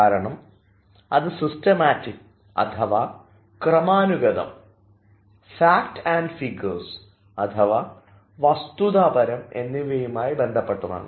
കാരണം അത് സിസ്റ്റമാറ്റിക്കും അഥവാ ക്രമാനുഗതം ഫാക്സ് ആൻഡ് ഫിഗേർസ് അഥവാ വസ്തുതാപരം എന്നിവയുമായി ബന്ധപ്പെട്ടതാണ്